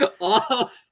off